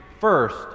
First